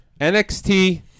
NXT